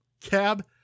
Cab